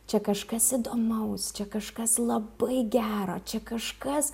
čia kažkas įdomaus čia kažkas labai gero čia kažkas